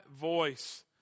voice